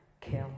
kill